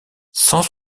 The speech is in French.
cent